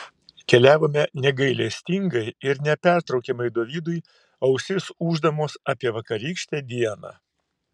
keliavome negailestingai ir nepertraukiamai dovydui ausis ūždamos apie vakarykštę dieną